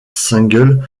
singles